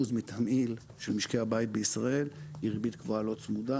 מתמהיל של משקי הבית בישראל היא ריבית קבועה לא צמודה.